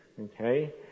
okay